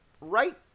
right